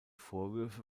vorwürfe